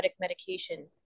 medication